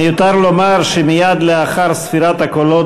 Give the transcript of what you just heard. מיותר לומר שמייד לאחר ספירת הקולות